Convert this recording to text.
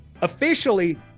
officially